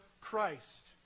Christ